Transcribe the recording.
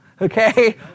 okay